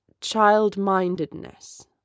child-mindedness